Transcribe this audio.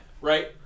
right